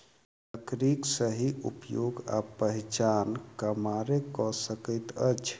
लकड़ीक सही उपयोग आ पहिचान कमारे क सकैत अछि